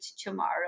tomorrow